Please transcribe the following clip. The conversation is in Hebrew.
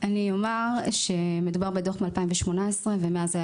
אני אומר שמדובר בדוח מ-2018 ומאז היה